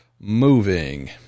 moving